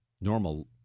normal